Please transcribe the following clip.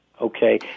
Okay